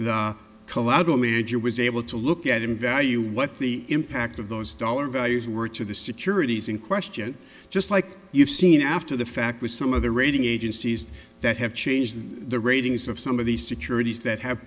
the collateral major was able to look at in value what the impact of those dollar values were to the securities in question just like you've seen after the fact was some of the rating agencies that have changed the ratings of some of these securities that have